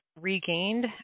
regained